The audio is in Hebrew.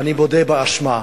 אני מודה באשמה.